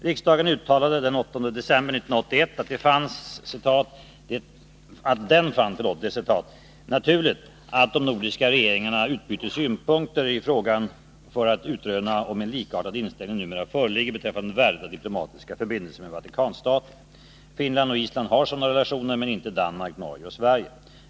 Riksdagen uttalade den 8 december 1981 att den fann ”det naturligt att de nordiska regeringarna utbyter synpunkter i frågan för att utröna om en likartad inställning numera föreligger beträffande värdet av diplomatiska förbindelser med Vatikanstaten.” — Finland och Island har sådana relationer men inte Danmark, Norge och Sverige.